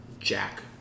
Jack